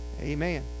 Amen